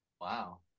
Wow